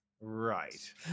right